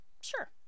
sure